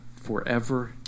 forever